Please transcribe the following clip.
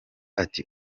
ati